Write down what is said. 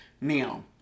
now